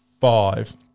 five